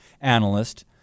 analyst